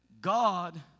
God